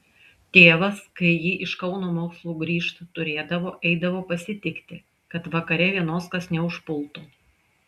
tėvas kai ji iš kauno mokslų grįžt turėdavo eidavo pasitikti kad vakare vienos kas neužpultų